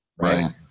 Right